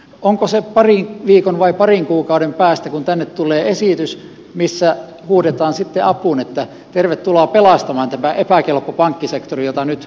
onko se parin viikon vai parin kuukauden päästä kun tänne tulee esitys missä huudetaan sitten apuun että tervetuloa pelastamaan tämä epäkelpo pankkisektori jota nyt arvostelette